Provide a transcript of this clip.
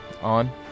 on